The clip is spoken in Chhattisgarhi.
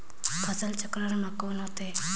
फसल चक्रण मा कौन होथे?